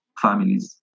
families